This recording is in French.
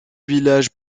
village